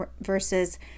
versus